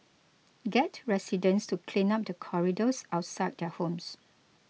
get residents to clean up the corridors outside their homes